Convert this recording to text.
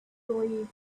believed